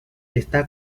está